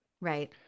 Right